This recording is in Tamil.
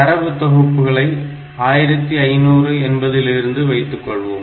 தரவு தொகுப்புகளை 1500 என்பதிலிருந்து வைத்துக்கொள்வோம்